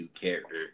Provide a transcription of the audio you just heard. character